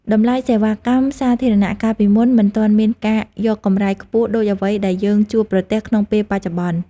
តម្លៃសេវាកម្មសាធារណៈកាលពីមុនមិនទាន់មានការយកកម្រៃខ្ពស់ដូចអ្វីដែលយើងជួបប្រទះក្នុងពេលបច្ចុប្បន្ន។